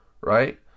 right